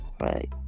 right